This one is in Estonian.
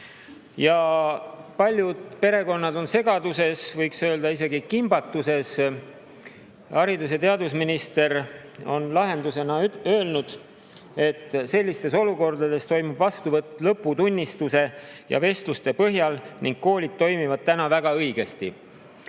Ja paljud perekonnad on segaduses, võiks öelda isegi kimbatuses. Haridus‑ ja teadusminister on lahendusena öelnud, et sellistes olukordades toimub vastuvõtt lõputunnistuse ja vestluste põhjal ning koolid toimivad täna väga õigesti.